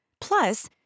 Plus